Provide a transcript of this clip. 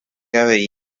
avei